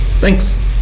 Thanks